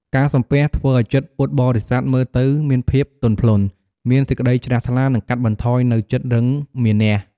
ការសំពះធ្វើឱ្យចិត្តពុទ្ធបរិស័ទមើលទៅមានភាពទន់ភ្លន់ មានសេចក្ដីជ្រះថ្លា និងកាត់បន្ថយនូវចិត្តរឹងមានះ។